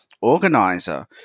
organizer